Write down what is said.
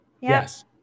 Yes